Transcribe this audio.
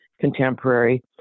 contemporary